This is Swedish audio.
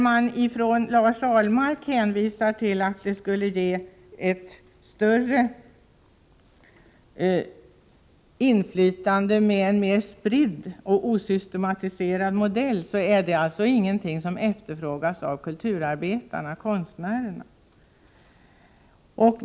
Lars Ahlmark säger att en mer spridd och osystematiserad modell skulle ge mer inflytande. Det är emellertid inte någonting som efterfrågas av kulturarbetarna, konstnärerna.